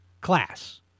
class